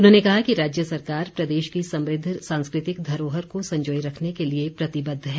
उन्होंने कहा कि राज्य सरकार प्रदेश की समृद्ध सांस्कृतिक धरोहर को संजाए रखने के लिए प्रतिबद्ध है